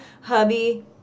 hubby